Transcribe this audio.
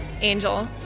angel